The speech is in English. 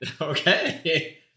Okay